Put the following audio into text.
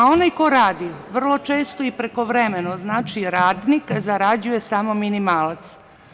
Onaj ko radi vrlo često i prekovremeno, znači radnik, zarađuje samo minimalac.